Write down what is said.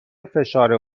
فشار